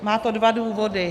Má to dva důvody.